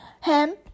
ham